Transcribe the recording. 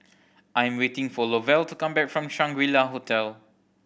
I am waiting for Lovell to come back from Shangri La Hotel